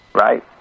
Right